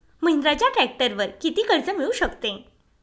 महिंद्राच्या ट्रॅक्टरवर किती कर्ज मिळू शकते?